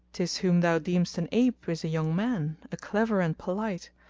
this whom thou deemest an ape is a young man, a clever and polite,